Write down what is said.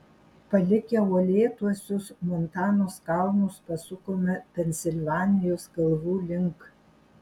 palikę uolėtuosius montanos kalnus pasukome pensilvanijos kalvų link